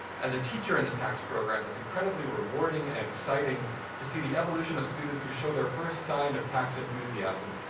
as a teacher in the tax program, it's incredibly rewarding and exciting to see the evolution of students who show their first sign of tax enthusiasm,